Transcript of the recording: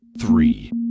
three